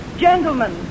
gentlemen